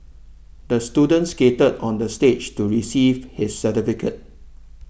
the student skated onto the stage to receive his certificate